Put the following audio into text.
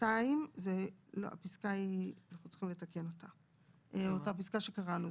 אנחנו צריכים לתקן את אותה פסקה שקראנו.